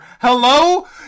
Hello